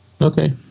Okay